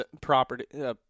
property